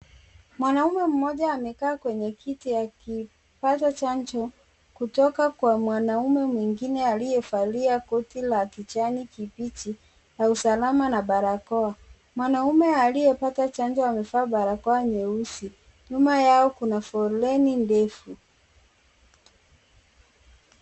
Mwanaume mmoja amekaa kwenye kiti akipata chanjo kutoka kwa mwanaume mwingine aliyevalia koti la kijani kibichi la usalama na barakoa. Mwanaume aliyepata chanjo amevaa barakoa nyeusi. Nyuma yao kuna foleni ndefu.